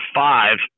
five